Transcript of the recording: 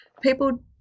people